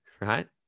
right